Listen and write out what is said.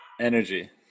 Energy